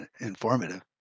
informative